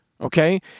okay